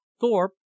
Thorpe